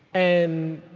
and